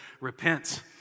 repent